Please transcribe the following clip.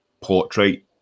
portrait